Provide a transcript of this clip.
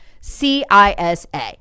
C-I-S-A